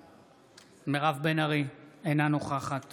בעד מירב בן ארי, אינה נוכחת